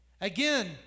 Again